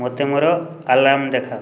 ମୋତେ ମୋର ଆଲାର୍ମ୍ ଦେଖାଅ